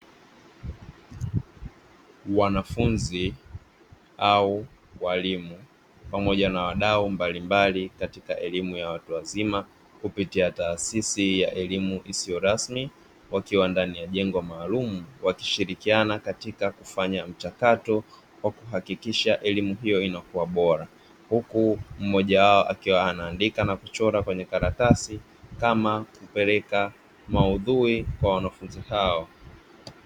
Wanafunzi au walimu pamoja na wadau mbalimbali katika elimu ya watu wazima kupitia taasisi ya elimu isiyo rasmi, wakiwa ndani ya jengo maalumu wakishirikiana katika kufanya mchakato wa kuhakikisha elimu hiyo inakuwa bora; huku mmoja wao akiwa anaandika na kuchora kwenye karatasi kama kupeleka maudhuhi kwa wanafunzi hao.